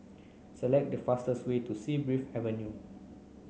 select the fastest way to Sea Breeze Avenue